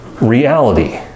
reality